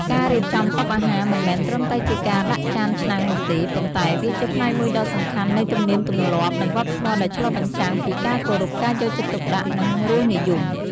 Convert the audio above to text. ការរៀបចំតុអាហារមិនមែនត្រឹមតែជាការដាក់ចានឆ្នាំងនោះទេ ប៉ុន្តែវាជាផ្នែកមួយដ៏សំខាន់នៃទំនៀមទម្លាប់ និងវប្បធម៌ដែលឆ្លុះបញ្ចាំងពីការគោរព ការយកចិត្តទុកដាក់ និងរសនិយម។